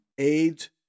AIDS